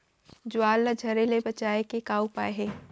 ज्वार ला झरे ले बचाए के का उपाय हे?